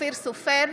אופיר סופר,